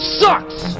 sucks